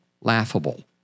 laughable